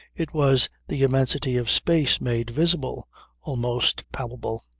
it was the immensity of space made visible almost palpable.